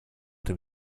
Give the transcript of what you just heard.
dem